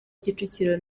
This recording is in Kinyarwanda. kicukiro